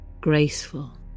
graceful